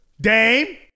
Dame